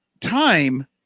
time